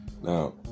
Now